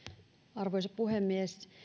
arvoisa puhemies